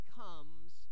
comes